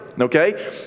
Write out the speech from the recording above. Okay